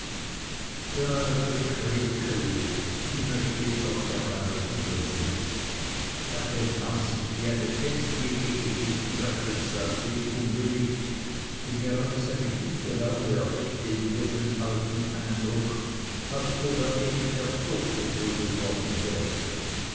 alte creakle ich möchte ihn doch gern einmal wiedersehen er benahm sich wie eine bestie gegen dich traddles sagte ich unwillig denn grade seine gute laune erweckte in mir den alten eindruck als ob er eben erst durchgeprügelt worden wäre